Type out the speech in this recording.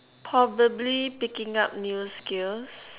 probably picking up new skills